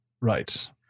Right